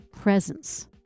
Presence